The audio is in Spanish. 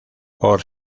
por